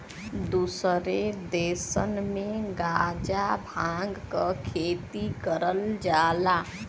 दुसरे देसन में गांजा भांग क खेती करल जाला